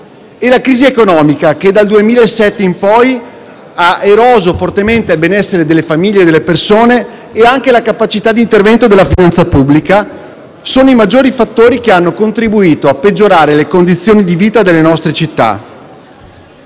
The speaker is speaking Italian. e la crisi economica, che dal 2007 in poi ha eroso fortemente il benessere delle famiglie e delle persone e anche la capacità di intervento della finanza pubblica, sono i maggiori fattori che hanno contribuito a peggiorare le condizioni di vita delle nostre città.